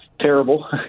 Terrible